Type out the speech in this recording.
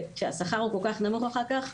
כשהשכר הוא כל כך נמוך אחר כך,